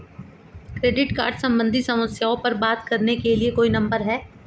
Credit card सम्बंधित समस्याओं पर बात करने के लिए कोई नंबर है?